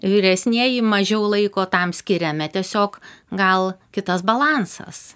vyresnieji mažiau laiko tam skiriame tiesiog gal kitas balansas